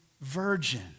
virgin